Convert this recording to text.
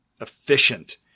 efficient